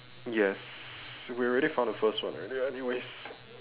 yes we already found the first one anyways